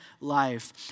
life